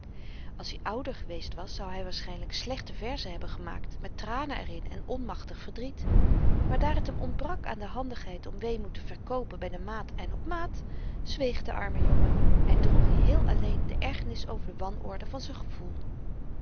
als i ouder geweest was zou hy waarschynlyk slechte verzen hebben gemaakt met tranen er in en onmachtig verdriet maar daar t hem ontbrak aan de handigheid om weemoed te verkoopen by de maat en op maat zweeg de arme jongen en droeg i heel alleen de ergernis over de wanorde van z'n gevoel